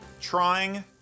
trying